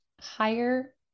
higher